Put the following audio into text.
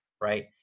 Right